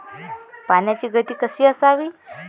पाण्याची गती कशी असावी?